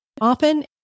often